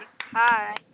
Hi